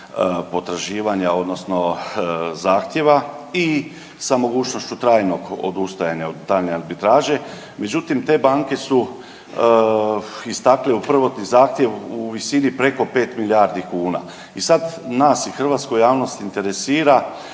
potraživanja odnosno zahtjeva i sa mogućnošću trajnog odustajanja od daljnje arbitraže. Međutim, te banke su istakle u prvotni zahtjev u visini preko 5 milijardi kuna i sad nas i hrvatsku javnost interesira